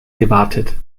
gewartet